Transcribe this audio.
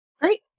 Great